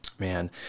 Man